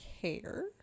care